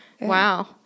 Wow